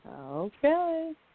Okay